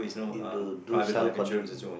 you have to do self-contribution